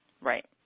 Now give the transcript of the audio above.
Right